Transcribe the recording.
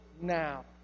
now